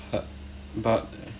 but but